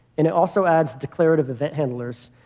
and it also adds declarative event handlers.